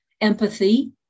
Empathy